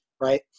Right